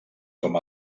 com